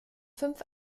fünf